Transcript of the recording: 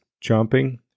jumping